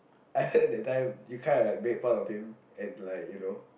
I heard that time you kind of like maybe of him and like you know